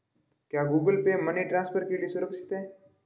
क्या Google Pay money transfer के लिए सुरक्षित है?